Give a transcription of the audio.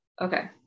Okay